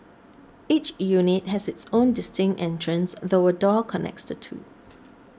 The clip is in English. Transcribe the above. each unit has its own distinct entrance though a door connects the two